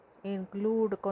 include